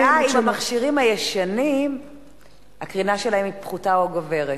השאלה היא אם במכשירים הישנים הקרינה פחותה או גוברת.